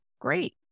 Great